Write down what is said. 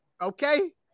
Okay